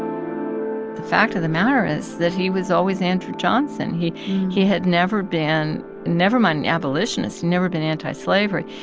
the fact of the matter is that he was always andrew johnson. he he had never been never mind an abolitionist he'd never been antislavery.